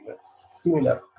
similar